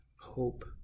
hope